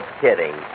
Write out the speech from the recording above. kidding